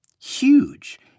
Huge